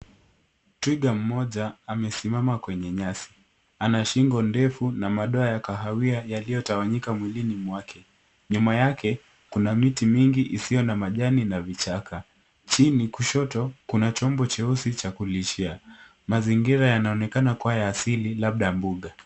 Twiga mmoja amesimama kwenye nyasi. Ana shingo ndefu ya manyoya ya kahawia iliyotawanyika mwilini mwake. Nyuma yake kuna miti mingi isiyo na majani na vichaka. Chini kushoto kuna chombo cheusi cha kulishia. Mazingira yanaonekana kuwa ya asili labda mbuga.